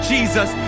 Jesus